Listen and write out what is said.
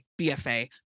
BFA